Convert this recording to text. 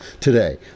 today